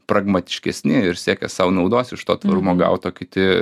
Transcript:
pragmatiškesni ir siekia sau naudos iš to tvarumo gaut o kiti